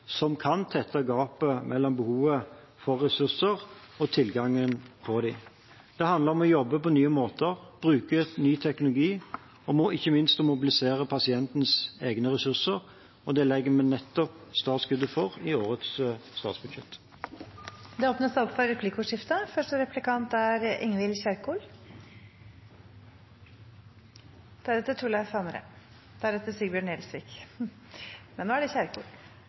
overfor, kan vi ikke bevilge oss ut av. Vi er avhengige av nye løsninger som kan tette gapet mellom behovet for ressurser og tilgangen på dem. Det handler om å jobbe på nye måter, bruke ny teknologi og ikke minst mobilisere pasientens egne ressurser, og det legger vi til rette for startskuddet for i årets statsbudsjett. Det blir replikkordskifte.